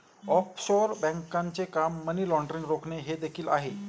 offshore बँकांचे काम money laundering रोखणे हे देखील आहे